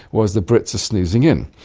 whereas the brits are snoozing in.